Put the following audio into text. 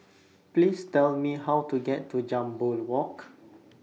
Please Tell Me How to get to Jambol Walk